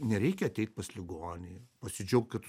nereikia ateit pas ligonį pasidžiaugt kad